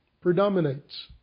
predominates